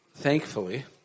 Thankfully